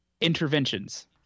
interventions